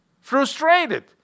frustrated